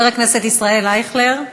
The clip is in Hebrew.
הכנסת ישראל אייכלר,